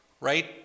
right